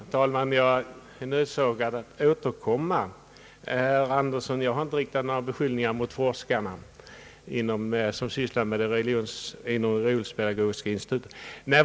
Herr talman! Jag känner mig nödsakad att återkomma. Jag har inte, herr Andersson, riktat några beskyllningar mot forskare som arbetar inom Religionspedagogiska institutet.